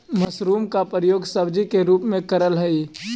mushroom का प्रयोग सब्जी के रूप में करल हई